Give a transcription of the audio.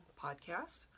podcast